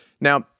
Now